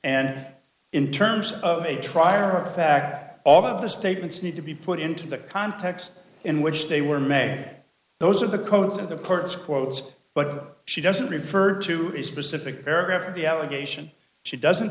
and in terms of a trier of fact all of the statements need to be put into the context in which they were made those are the codes of the courts quotes but she doesn't refer to is specific paragraph of the allegation she doesn't